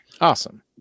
awesome